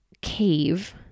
cave